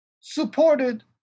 supported